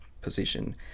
position